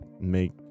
make